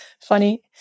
Funny